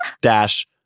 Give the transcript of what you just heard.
dash